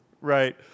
right